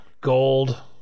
gold